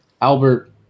albert